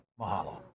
Mahalo